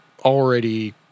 already